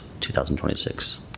2026